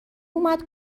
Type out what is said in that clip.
اومد